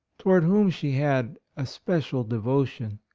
towards whom she had a special devotion.